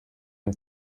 ein